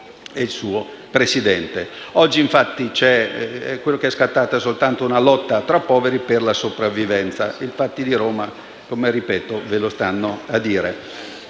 Grazie